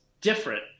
different